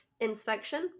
inspection